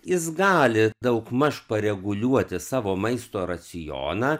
jis gali daugmaž pareguliuoti savo maisto racioną